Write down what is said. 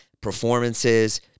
performances